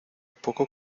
poco